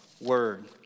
word